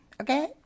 Okay